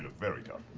very young.